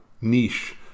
niche